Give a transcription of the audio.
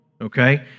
okay